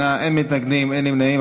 בעד, 28, אין מתנגדים, אין נמנעים.